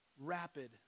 rapid